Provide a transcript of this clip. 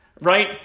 right